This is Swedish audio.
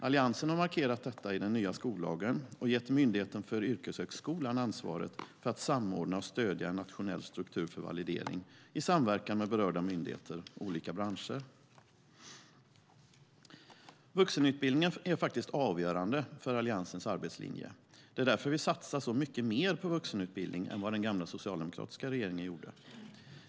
Alliansen har markerat detta i den nya skollagen och gett Myndigheten för yrkeshögskolan ansvaret för att samordna och stödja en nationell struktur för validering i samverkan med berörda myndigheter och olika branscher. Vuxenutbildningen har faktiskt avgörande betydelse för Alliansens arbetslinje. Det är därför vi satsar så mycket mer på vuxenutbildning än vad den gamla socialdemokratiska regeringen gjorde.